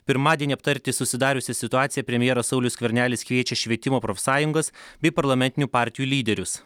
pirmadienį aptarti susidariusią situaciją premjeras saulius skvernelis kviečia švietimo profsąjungas bei parlamentinių partijų lyderius